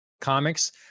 comics